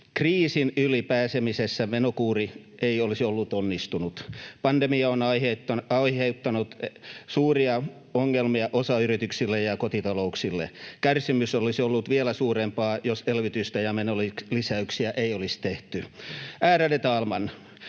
Kriisin yli pääsemisessä menokuuri ei olisi ollut onnistunut. Pandemia on aiheuttanut suuria ongelmia osalle yrityksistä ja kotitalouksista. Kärsimys olisi ollut vielä suurempaa, jos elvytystä ja menolisäyksiä ei olisi tehty. Ärade talman!